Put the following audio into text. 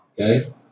Okay